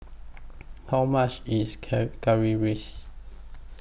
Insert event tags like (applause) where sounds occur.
(noise) How much IS Curry Currywurst